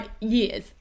years